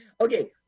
Okay